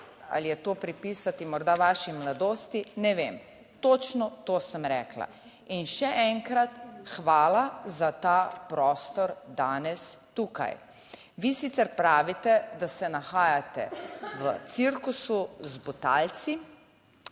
ali je to pripisati morda vaši mladosti, ne vem, točno to sem rekla. In še enkrat hvala za ta prostor danes tukaj. Vi sicer pravite, da se nahajate v cirkusu z Butalci.